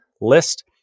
list